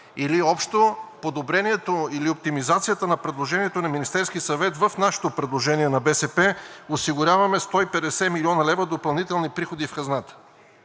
или общо подобрението или оптимизацията на предложението на Министерски съвет в нашето предложение на БСП – осигуряваме 150 млн. лв. допълнителни приходи в хазната.